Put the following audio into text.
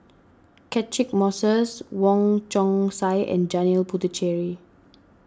Catchick Moses Wong Chong Sai and Janil Puthucheary